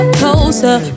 closer